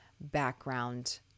background